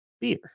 beer